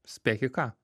spėk į ką